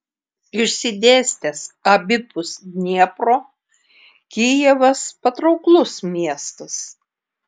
išsidėstęs abipus dniepro kijevas patrauklus miestas